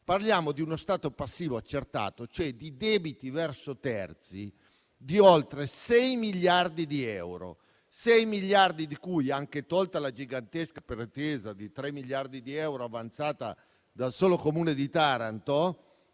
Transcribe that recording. parliamo di uno stato passivo accertato, cioè di debiti verso terzi, di oltre 6 miliardi di euro, di cui, anche tolta la gigantesca pretesa di 3 miliardi di euro avanzata dal solo Comune di Taranto,